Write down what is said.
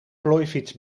plooifiets